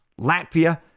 Latvia